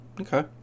okay